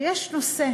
שיש נושא